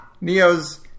Neo's